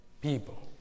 people